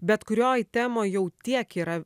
bet kurioj temoj jau tiek yra